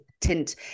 tint